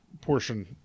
portion